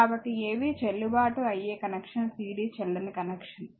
కాబట్టి ab చెల్లుబాటు అయ్యే కనెక్షన్ cd చెల్లని కనెక్షన్